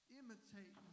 imitate